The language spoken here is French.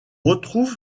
retrouve